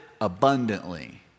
abundantly